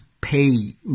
pay